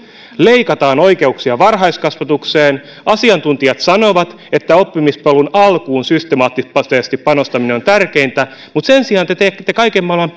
leikataan oikeuksia varhaiskasvatukseen asiantuntijat sanovat että oppimispolun alkuun systemaattisesti panostaminen on tärkeintä mutta sen sijaan te teette kaiken maailman